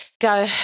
go